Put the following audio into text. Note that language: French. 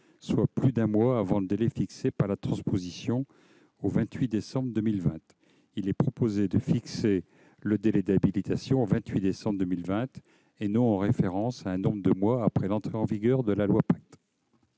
soit plus d'un mois avant le délai fixé par la transposition au 28 décembre 2020. Il est donc proposé de fixer le délai d'habilitation au 28 décembre 2020, et non en référence à un nombre de mois après l'entrée en vigueur de la loi Pacte.